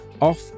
off